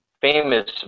famous